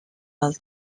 del